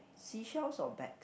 seashells or bag